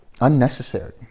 unnecessary